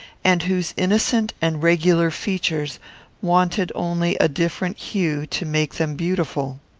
and whose innocent and regular features wanted only a different hue to make them beautiful.